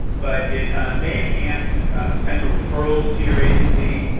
but it may enhance potential referrals to your agency.